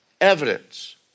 evidence